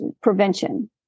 prevention